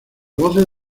voces